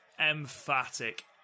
Emphatic